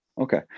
Okay